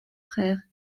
frère